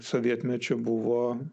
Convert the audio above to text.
sovietmečiu buvo